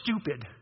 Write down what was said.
stupid